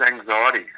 anxiety